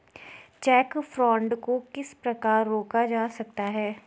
Check fraud को किस प्रकार रोका जा सकता है?